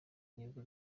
nibwo